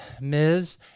MS